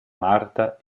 marta